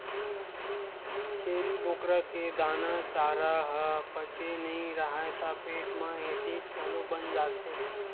छेरी बोकरा के दाना, चारा ह पचे नइ राहय त पेट म एसिड घलो बन जाथे